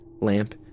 lamp